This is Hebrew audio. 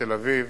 תל-אביב,